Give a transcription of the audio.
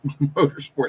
motorsport